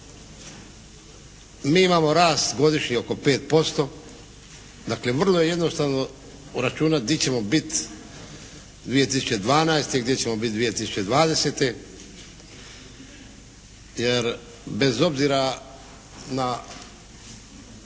Mi imamo rast godišnji oko 5%. Dakle, vrlo je jednostavno uračunati gdje ćemo biti 2012., gdje ćemo biti 2020. jer bez obzira na